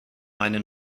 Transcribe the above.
meine